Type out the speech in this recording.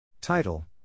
Title